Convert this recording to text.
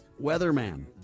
weatherman